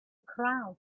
crowd